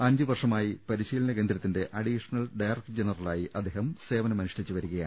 അഞ്ചുവർഷമായി പരിശീലനകേന്ദ്രത്തിന്റെ additional director ജനറലായി അദ്ദേഹം സേവനമനുഷ്ഠിച്ചുവരികയാണ്